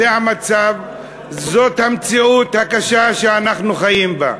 זה המצב, זו המציאות הקשה שאנחנו חיים בה.